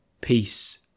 Peace